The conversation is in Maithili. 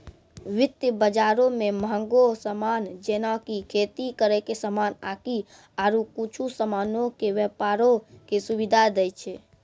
वित्त बजारो मे मंहगो समान जेना कि खेती करै के समान आकि आरु कुछु समानो के व्यपारो के सुविधा दै छै